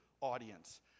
audience